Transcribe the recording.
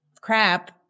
crap